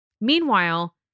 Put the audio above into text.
Meanwhile